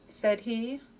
said he.